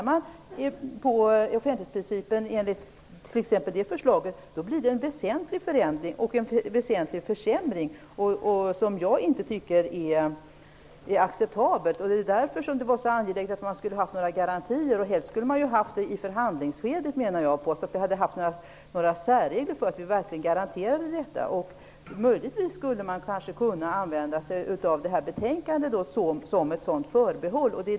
Om man ändrar i offentlighetsprincipen i enlighet med förslaget blir det en väsentlig förändring och en väsentlig försämring, vilket jag inte tycker är acceptabelt. Därför var det så angeläget att helst i förhandlingsskedet få garantier för särregler. Möjligtvis skulle man kanske kunde använda sig av detta betänkande som ett förbehåll.